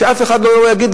שאף אחד לא יגיד,